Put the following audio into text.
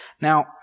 Now